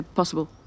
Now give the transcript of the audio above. possible